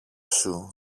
σου